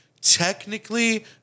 technically